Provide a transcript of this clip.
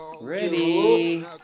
Ready